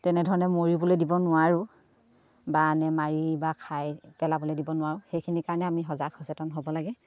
তেনেধৰণে মৰিবলৈ দিব নোৱাৰোঁ বা এনে মাৰি বা খাই পেলাবলৈ দিব নোৱাৰোঁ সেইখিনিৰ কাৰণে আমি সজাগ সচেতন হ'ব লাগে